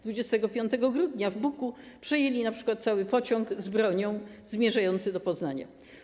25 grudnia w Buku przejęli np. cały pociąg z bronią zmierzający do Poznania.